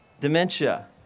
dementia